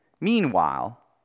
Meanwhile